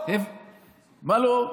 בוודאי, בוודאי, ואני אסביר לך גם למה.